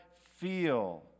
feel